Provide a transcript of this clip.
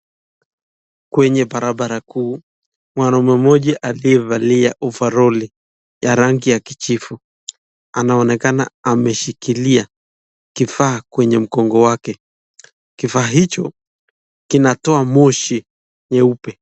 Kwenye barabara kuu, mwanaume mmoja aliyevalia ovaroli ya rangi ya kijivu anaonekana ameshikilia kifaa kwenye mgongo wake, kifaa hicho kinatoa moshi nyeupe.